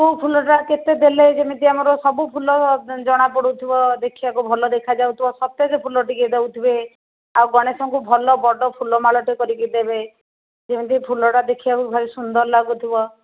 କେଉଁ ଫୁଲଟା କେତେ ଦେଲେ ଯେମିତି ଆମର ସବୁ ଫୁଲ ଜଣା ପଡୁଥିବ ଦେଖିବାକୁ ଭଲ ଦେଖାଯାଉଥିବ ସତେଜ ଫୁଲ ଟିକେ ଦଉଥିବେ ଆଉ ଗଣେଶଙ୍କୁ ଭଲ ବଡ଼ ଫୁଲ ମାଳଟେ କରିକି ଦେବେ ଯେମିତି ଫୁଲଟା ଦେଖିବାକୁ ଭାରି ସୁନ୍ଦର ଲାଗୁଥିବ